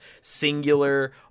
singular